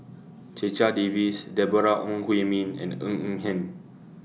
Checha Davies Deborah Ong Hui Min and Ng Eng Hen